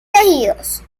tejidos